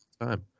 time